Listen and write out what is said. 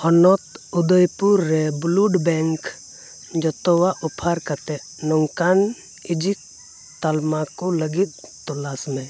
ᱦᱚᱱᱚᱛ ᱩᱫᱚᱭᱯᱩᱨ ᱨᱮ blood bank ᱡᱚᱛᱚᱣᱟᱜ ᱚᱯᱷᱟᱨ ᱠᱟᱛᱮᱫ ᱱᱚᱝᱠᱟᱱ ᱤᱡᱤᱴ ᱛᱟᱞᱢᱟ ᱠᱚ ᱞᱟᱹᱜᱤᱫ ᱛᱚᱞᱟᱥ ᱢᱮ